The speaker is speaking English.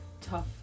tough